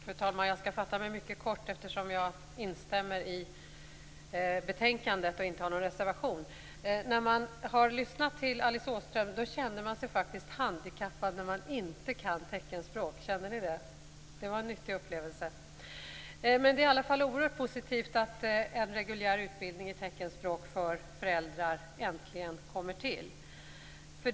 Fru talman! Jag skall fatta mig mycket kort, eftersom jag instämmer med det som står i betänkandet och inte har någon reservation. När man lyssnar till Alice Åström känner man sig handikappad för att man inte kan teckenspråk. Det kände väl de andra här i kammaren också? Det var en nyttig upplevelse. Det är oerhört positivt att en reguljär utbildning i teckenspråk för föräldrar äntligen kommer till stånd.